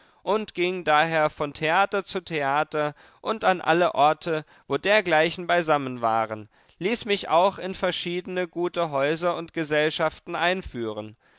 und ging daher von theater zu theater und an alle orte wo dergleichen beisammen waren ließ mich auch in verschiedene gute häuser und gesellschaften einführen